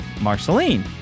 Marceline